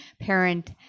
parent